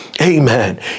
amen